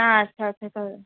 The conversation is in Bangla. আচ্ছা আচ্ছা তাহলে